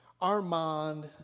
Armand